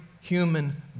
human